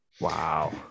Wow